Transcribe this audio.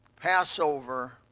Passover